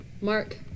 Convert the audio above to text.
mark